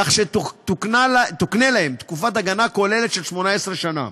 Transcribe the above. כך שתוקנה להם תקופת הגנה כוללת של 18 שנה.